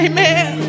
Amen